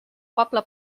poble